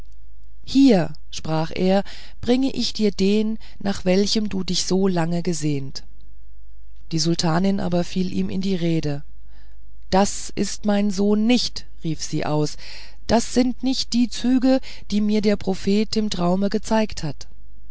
hier sprach er bringe ich dir den nach welchem du dich so lange gesehnet die sultanin aber fiel ihm in die rede das ist mein sohn nicht rief sie aus das sind nicht die züge die mir der prophet im traume gezeigt hat